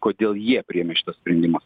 kodėl jie priėmė šitą sprendimą